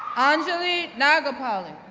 anjali nagulpally,